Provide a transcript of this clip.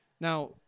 Now